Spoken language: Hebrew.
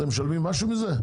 אתם משלמים משהו מזה?